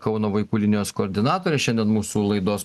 kauno vaikų linijos koordinatorė šiandien mūsų laidos